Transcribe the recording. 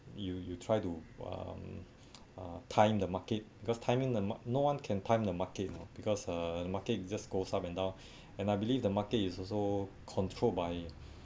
you you try to um uh time the market because timing the ma~ no one can time the market you know because uh market is just goes up and down and I believe the market is also controlled by